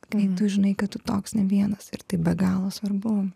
kai tu žinai kad tu toks ne vienas ir tai be galo svarbu